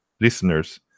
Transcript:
listeners